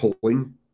pulling